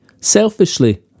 selfishly